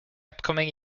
upcoming